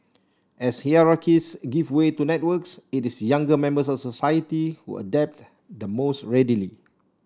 as hierarchies give way to networks it is younger members of society who adapt the most readily